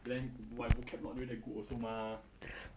lang~ my vocab not that good also mah